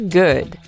good